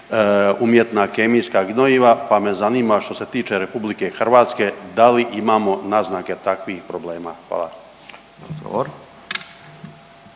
umjetna kemijska gnojiva pa me zanima što se tiče RH da li imamo naznake takvih problema? Hvala.